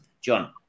John